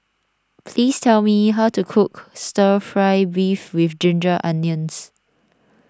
please tell me how to cook Stir Fry Beef with Ginger Onions